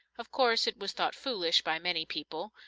of course, it was thought foolish by many people,